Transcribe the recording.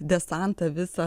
desantą visą